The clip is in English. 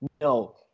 no